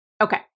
Okay